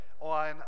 on